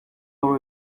avro